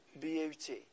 beauty